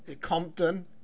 Compton